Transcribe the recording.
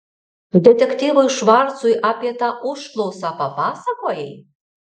detektyvui švarcui apie tą užklausą papasakojai